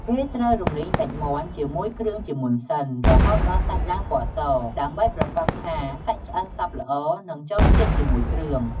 គេត្រូវរំលីងសាច់មាន់ជាមួយគ្រឿងជាមុនសិន រហូតដល់សាច់ឡើងពណ៌ស ដើម្បីប្រាកដថាសាច់ឆ្អិនសព្វល្អ និងចូលជាតិជាមួយគ្រឿង។